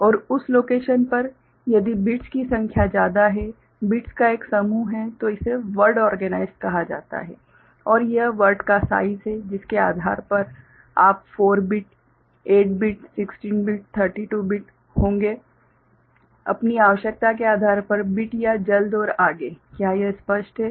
और उस लोकेशन पर यदि बिट्स की संख्या ज्यादा है बिट्स का एक समूह है तो इसे वर्ड ओर्गेनाइस्ड कहा जाता है और यह वर्ड का साइज़ है जिसके आधार पर आप 4 बिट 8 बिट 16 बिट 32 बिट होंगे अपनी आवश्यकता के आधार पर बिट या जल्द और आगे क्या यह स्पष्ट है